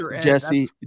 Jesse